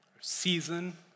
season